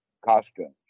costumes